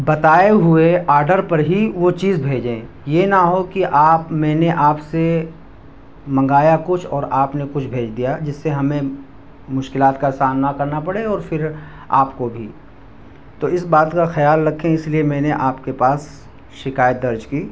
بتائے ہوئے آرڈر پر ہی وہ چیز بھیجیں یہ نہ ہو کہ آپ میں نے آپ سے منگایا کچھ اور آپ نے کچھ بھیج دیا جس سے ہمیں مشکلات کا سامنا کرنا پڑے اور پھر آپ کو بھی تو اس بات کا خیال رکھیں اس لیے میں نے آپ کے پاس شکایت درج کی